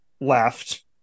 left